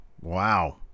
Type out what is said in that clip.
wow